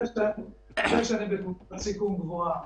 זה לא קשור לחשב הכללי,